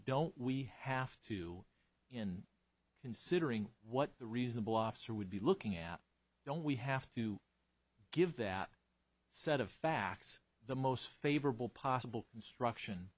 don't we have to in considering what the reasonable officer would be looking at don't we have to give that set of facts the most favorable possible instruction